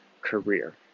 career